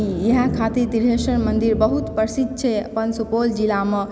इएह खातिर तिलेश्वर मन्दिर बहुत परसिद्ध छै अपन सुपौल जिलामे